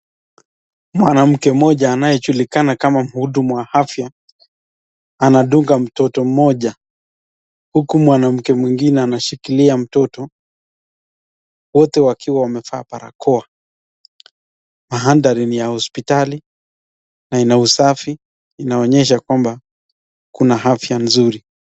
Mwanamke mmoja anayejulikana kama mhudumu wa afya anadunga mtoto mmoja uku mwanamke mwingine anashikilia mtoto wote wakiwa wamevaa barakoa. Mandhari ni ya hospitali na ina usafi inaonyesha kwamba kuna afya nzuri.